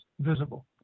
visible